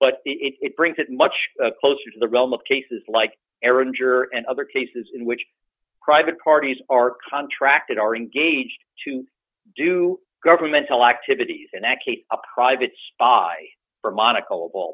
but it brings it much closer to the realm of cases like air injure and other cases in which private parties are contracted or engaged to do governmental activities in that case a private spy for monocle of all